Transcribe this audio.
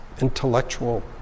intellectual